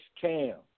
cam